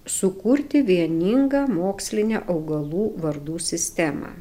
sukurti vieningą mokslinę augalų vardų sistemą